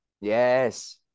Yes